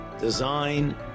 design